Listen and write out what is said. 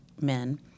men